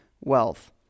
wealth